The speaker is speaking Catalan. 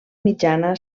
mitjana